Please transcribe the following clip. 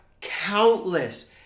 countless